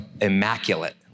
immaculate